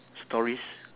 stories